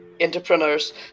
entrepreneurs